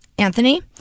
Anthony